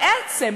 בעצם,